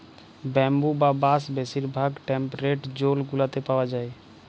bamboo বা বাঁশ বেশির ভাগ টেম্পরেট জোল গুলাতে পাউয়া যায়